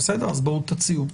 אז תציעו.